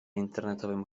internetowym